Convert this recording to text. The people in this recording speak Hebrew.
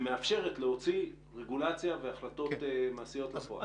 הסכמה שמאפשרת להוציא רגולציה והחלטות מעשיות לפועל?